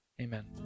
Amen